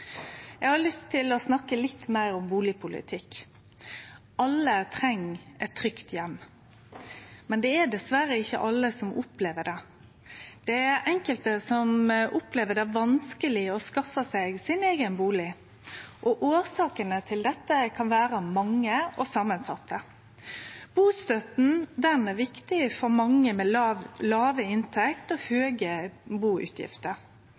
Eg har lyst til å snakke litt meir om bustadpolitikk. Alle treng ein trygg heim, men det er dessverre ikkje alle som opplever det. Det er enkelte som opplever det som vanskeleg å skaffe seg sin eigen bustad, og årsakene til dette kan vere mange og samansette. Bustønaden er viktig for mange med låge inntekter og